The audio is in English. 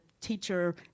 teacher